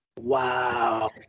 Wow